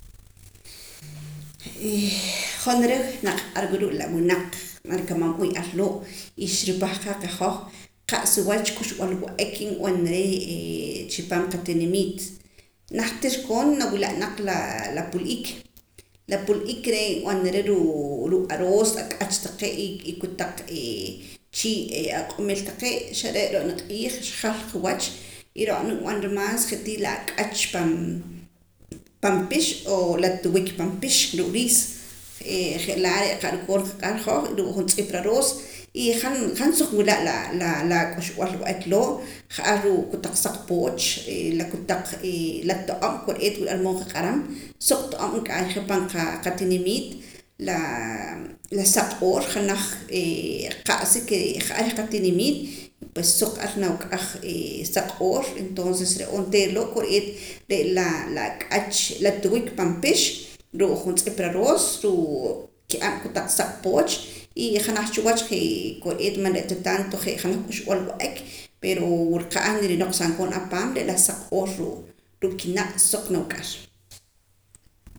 jonera naqaq'arwa ruu' la winaq na rikamanb'ee ar loo' y xrupahqaa qajoj qa'sa wach k'uxb'al wa'ak nb'anara chi paam qatinimiit najtir koon nawila' naq la pul'ik la pul'ik re' nb'anara ruu' ruu' aroos ak'ach taqee' y kotaq chii' aq'omil taqee' xare' ro'na q'iij xjal qa wach y ro'na nb'anara maas je' tii la ak'ach pan pix o la tiwik pan pix ruu' riis je' laa' re' qa' rukoor nqanq'ar hoj ruu' juntz'ip raroos y han han suq nwila' la k'uxb'al wa'ek loo' ja'ar ruu' kotaq saq pooch la kotaq to'om kore'eet wula ar mood nqaq'aram suq to'om nk'aayja pan qatinimiit la saq q'oor janaj ree' qa'sa ke ja'ar reh qatinimiit pues suq ar nawik'aj saq q'oor entoonces re' onteera loo' kore'eet la ak'ach la tiwik pan pix ruuu' juntz'ip raroos ruu' ki'am kotaq saq pooch y janaj cha wach je' kor'eet man re' ta tanto je' janaj k'uxb'al wa'ak pero wula qa' ar nirinoqsam koon apaam re' la saq q'oor ruu' kinaq' suq nawik'ar